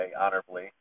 honorably